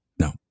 no